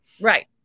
Right